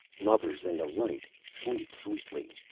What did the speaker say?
lovers in the light sleep sweetly.